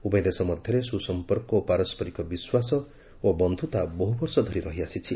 ଉଭୟ ଦେଶ ମଧ୍ୟରେ ସୁସମ୍ପର୍କ ଓ ପାରସ୍କରିକ ବିଶ୍ୱାସ ଓ ବନ୍ଧୁତା ବହୁବର୍ଷ ଧରି ରହିଆସିଛି